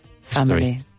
family